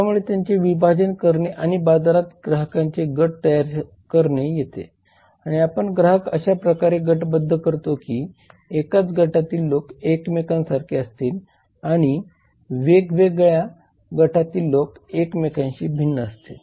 त्यामुळे त्याचे विभाजन करणे म्हणजे बाजारात ग्राहकांचे गट करणे येते आणि आपण ग्राहक अशा प्रकारे गटबद्ध करतो की एकाच गटातील लोक एकमेकांसारखे असतील आणि वेगवेगळ्या गटातील लोक एकमेकांशी भिन्न असतील